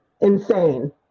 insane